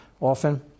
often